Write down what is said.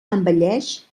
envelleix